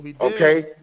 okay